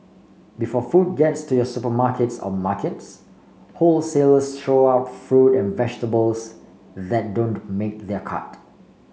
before food gets to your supermarkets or markets wholesalers throw out fruit and vegetables that don't make their cut